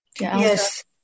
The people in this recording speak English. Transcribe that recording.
Yes